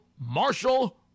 Marshall